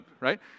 Right